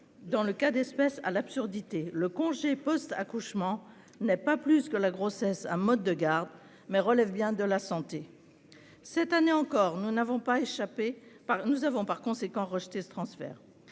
dans le cas d'espèce, à l'absurdité. Le congé post-accouchement n'est pas plus que la grossesse un mode de garde, mais il relève bien de la santé ! Par conséquent, nous avons rejeté ce transfert.